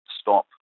stop